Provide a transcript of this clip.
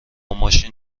ماشین